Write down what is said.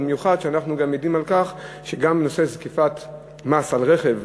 במיוחד שאנחנו גם יודעים שגם נושא זקיפת מס על רכב,